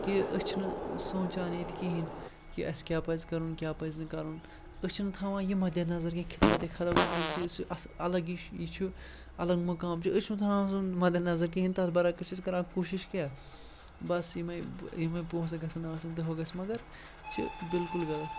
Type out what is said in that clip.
کہِ أسۍ چھِنہٕ سونٛچان ییٚتہِ کِہیٖنۍ کہِ اَسہِ کیٛاہ پَزِ کَرُن کیٛاہ پَزِ نہٕ کَرُن أسۍ چھِنہٕ تھَوان یہِ مَدِنظر کینٛہہ خدمتِ خلق یُتھ چیٖز چھِ اَصٕل الگ یہِ چھِ یہِ چھُ الگ مقام چھُ أسۍ چھُنہٕ تھاوان سُہ مَدِنظر کِہیٖنۍ تَتھ برعکٕس چھِ أسۍ کَران کوٗشِش کیٛاہ بَس یِمَے یِمَے پونٛسہٕ گژھن آسٕنۍ تہِ ہُہ گژھِ مگر یہِ چھِ بلکل غلط